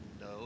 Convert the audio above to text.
No